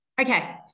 Okay